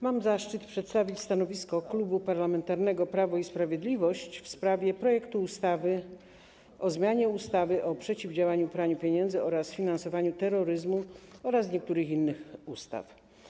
Mam zaszczyt przedstawić stanowisko Klubu Parlamentarnego Prawo i Sprawiedliwość w sprawie projektu ustawy o zmianie ustawy o przeciwdziałaniu praniu pieniędzy oraz finansowaniu terroryzmu oraz niektórych innych ustaw.